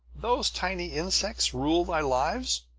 those tiny insects rule thy lives!